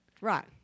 Right